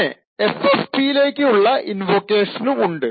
പിന്നെ ffp ലേക്ക് ഉള്ള ഇൻവോക്കേഷനും ഉണ്ട്